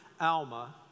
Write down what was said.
Alma